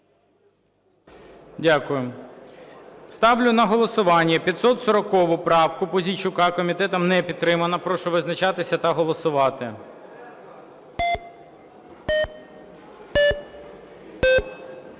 Дякую. Ставлю на голосування 540 правку Пузійчука. Комітетом не підтримана. Прошу визначатися та голосувати.